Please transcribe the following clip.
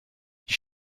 die